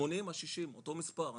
80 ה-60 אותו מספר,